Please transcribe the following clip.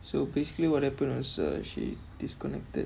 so basically what happen was uh she disconnected